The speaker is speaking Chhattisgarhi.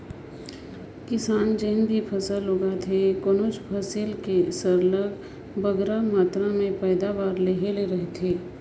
किसान जेन भी फसल उगाथे कोनोच फसिल कर सरलग बगरा मातरा में पएदावारी लेहे ले रहथे